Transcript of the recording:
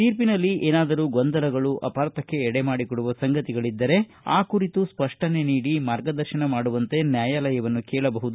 ತೀರ್ಪಿನಲ್ಲಿ ಏನಾದರೂ ಗೊಂದಲಗಳು ಅಪಾರ್ಥಕ್ಕೆ ಎಡೆ ಮಾಡಿಕೊಡುವ ಸಂಗತಿಗಳಿದ್ದರೆ ಆ ಕುರಿತು ಸ್ಪಷ್ಟನೆ ನೀಡಿ ಮಾರ್ಗದರ್ಶನ ಮಾಡುವಂತೆ ನ್ಕಾಯಾಲಯವನ್ನು ಕೇಳಬಹುದು